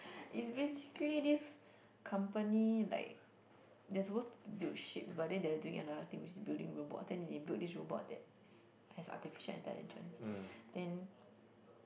it's basically this company like they are supposed to build ships but then they are doing another thing which is building robots then when they built this robot that's has artificial intelligence then